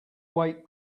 wait